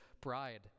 bride